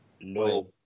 No